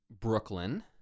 Brooklyn